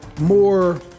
more